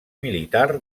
militar